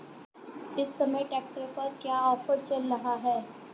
इस समय ट्रैक्टर पर क्या ऑफर चल रहा है?